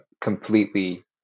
completely